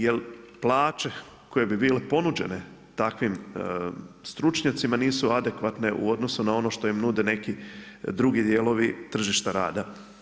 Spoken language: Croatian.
Jer plaće koje bi bile ponuđene takvim stručnjacima nisu adekvatne u odnosu na ono što im nude neki drugi dijelovi tržišta rada.